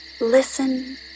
Listen